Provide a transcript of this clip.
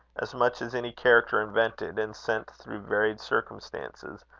as much as any character invented, and sent through varied circumstances,